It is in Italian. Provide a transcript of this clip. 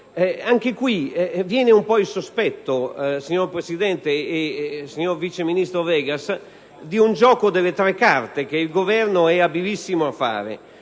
caso viene il sospetto, signor Presidente e signor vice ministro Vegas, di un gioco delle tre carte che il Governo è abilissimo a fare.